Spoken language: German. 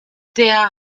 der